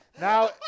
now